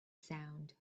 sound